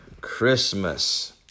Christmas